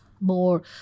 more